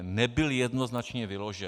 Nebyl jednoznačně vyložen.